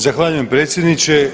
Zahvaljujem predsjedniče.